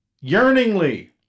Yearningly